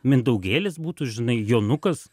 mindaugėlis būtų žinai jonukas